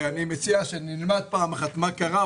אני מציע שנלמד פעם אחת מה קרה.